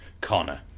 Connor